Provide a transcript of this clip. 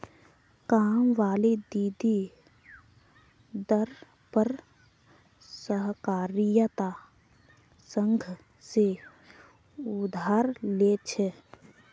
कामवाली दीदी दर पर सहकारिता संघ से उधार ले छे